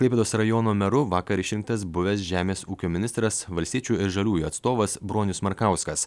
klaipėdos rajono meru vakar išrinktas buvęs žemės ūkio ministras valstiečių ir žaliųjų atstovas bronius markauskas